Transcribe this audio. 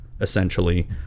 essentially